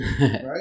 right